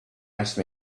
asked